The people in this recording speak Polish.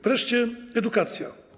Wreszcie edukacja.